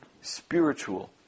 spiritual